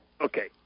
Okay